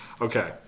Okay